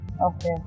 Okay